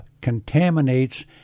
contaminates